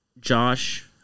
Josh